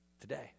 Today